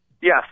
Yes